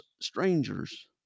strangers